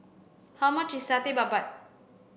how much is satay babat